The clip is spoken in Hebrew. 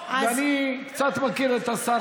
ואני קצת מכיר את השר חיים כץ.